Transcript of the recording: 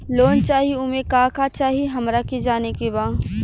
Loan चाही उमे का का चाही हमरा के जाने के बा?